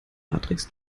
matrix